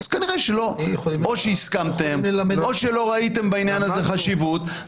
אז כנראה שלא או הסכמתם או שלא ראיתם בעניין הזה חשיבות.